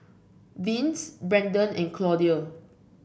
Vince Brenden and Claudia